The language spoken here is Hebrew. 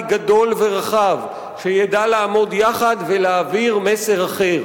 גדול ורחב שידע לעמוד יחד ולהעביר מסר אחר.